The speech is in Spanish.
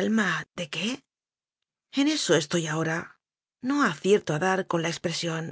alma de qué en eso estoy ahora no acierto a dar con la expresión